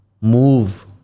move